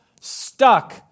stuck